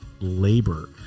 labor